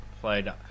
played